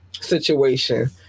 situation